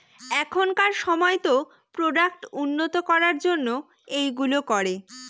এখনকার সময়তো প্রোডাক্ট উন্নত করার জন্য এইগুলো করে